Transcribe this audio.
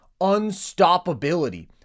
unstoppability